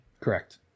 correct